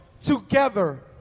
together